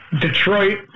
Detroit